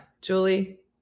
Julie